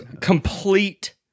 complete